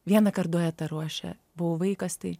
vienąkart duetą ruošė buvau vaikas tai